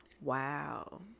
wow